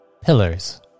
pillars